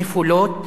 נפולות,